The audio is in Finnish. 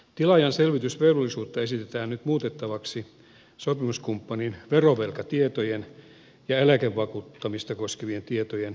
tilaajan selvitysvelvollisuutta esitetään nyt muutettavaksi sopimuskumppanin verovelkatietojen ja eläkevakuuttamista koskevien tietojen osalta